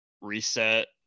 reset